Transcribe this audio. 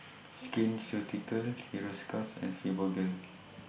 Skin Ceuticals Hiruscar's and Fibogel